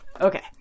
okay